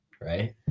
right